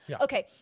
okay